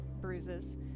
bruises